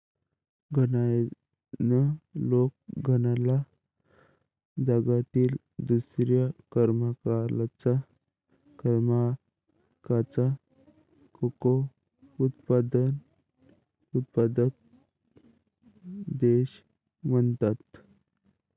घानायन लोक घानाला जगातील दुसऱ्या क्रमांकाचा कोको उत्पादक देश म्हणतात